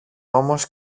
όμως